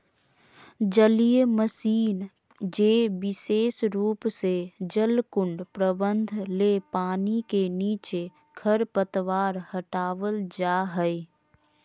जलीय मशीन जे विशेष रूप से जलकुंड प्रबंधन ले पानी के नीचे खरपतवार हटावल जा हई